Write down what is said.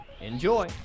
Enjoy